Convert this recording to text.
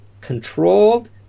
controlled